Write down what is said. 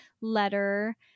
letter